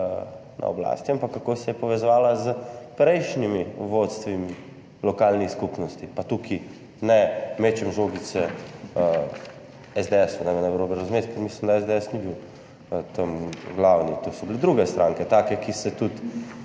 na oblasti, ampak kako se je povezoval s prejšnjimi vodstvi lokalnih skupnosti. Pa tukaj ne mečem žogice SDS, ne me narobe razumeti, ker mislim, da SDS ni bil tam glavni, to so bile druge stranke, take, ki se tudi